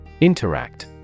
Interact